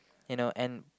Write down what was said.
you know and